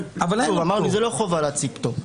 אבל אמרנו שזאת לא חובה להציג פטור.